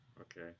Okay